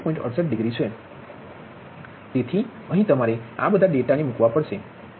68 degree તેથી અહીં તમારે આ બધા ડેટાને મૂકવા પડશે